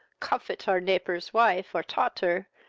cofet our neighbor's wife or taughter,